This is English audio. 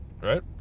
Right